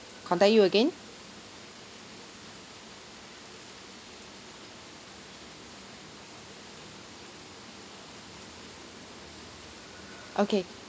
contact you again okay